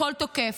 לכל תוקף,